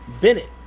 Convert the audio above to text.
bennett